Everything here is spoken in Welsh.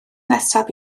nesaf